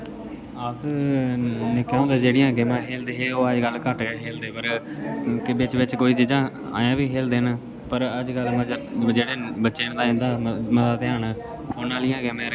अस निक्के होंदे जेह्ड़ियां गेमां खेलदे हे ओ अजकल्ल घट्ट गै खेलदे पर बिच बिच कोई चीजां अजें बी खेलदे न पर अजकल्ल जेह्ड़े बच्चे न इंदा मता ध्यान फोने'र गै ऐ